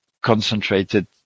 concentrated